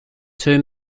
two